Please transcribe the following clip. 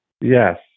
Yes